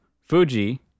Fuji